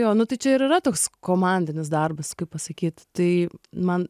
jo nu tai čia ir yra toks komandinis darbas kaip pasakyt tai man